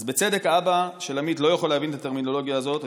אז בצדק אבא של עמית לא יכול להבין את הטרמינולוגיה הזאת,